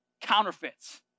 counterfeits